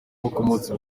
bakomeretse